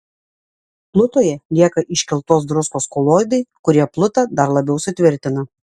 plutoje lieka iškeltos druskos koloidai kurie plutą dar labiau sutvirtina